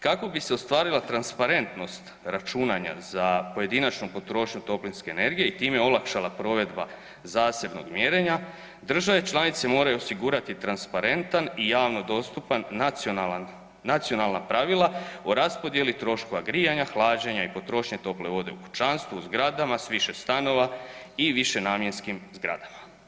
Kako bi se ostvarila transparentnost računanja za pojedinačnu potrošnju toplinske energije i time olakšala provedba zasebnog mjerenja države članice moraju osigurati transparentan i javno dostupan nacionalan, nacionalna pravila o raspodjeli troškova grijanja, hlađenja i potrošnje tople vode u kućanstvu, u zgradama s više stanova i višenamjenskim zgradama.